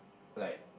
like